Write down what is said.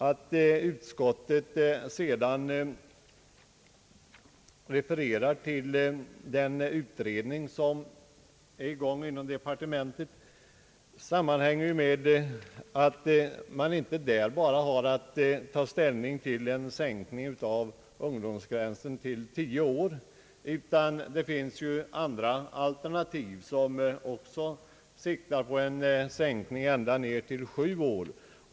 Att utskottet sedan refererar till den utredning som pågår inom departementet sammanhänger med att man där inte bara har att ta ställning till en sänkning av ungdomsgränsen till tio år utan att det också finns andra alternativ som syftar till en sänkning ända ned till sju år.